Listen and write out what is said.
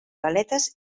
galetes